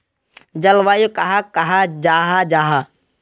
जलवायु कहाक कहाँ जाहा जाहा?